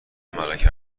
ملک